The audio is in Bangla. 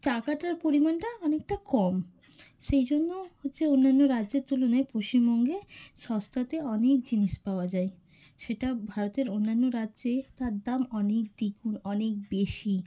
টাকাটার পরিমাণটা অনেকটা কম সেই জন্য হচ্ছে অন্যান্য রাজ্যের তুলনায় পশ্চিমবঙ্গে সস্তাতে অনেক জিনিস পাওয়া যায় সেটা ভারতের অন্যান্য রাজ্যে তার দাম অনেক দ্বিগুণ অনেক বেশি